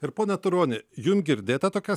ir pone turoni jum girdėta tokia